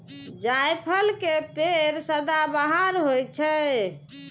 जायफल के पेड़ सदाबहार होइ छै